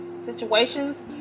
situations